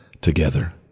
together